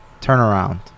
turnaround